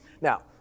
Now